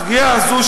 הסוגיה הזו,